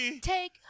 Take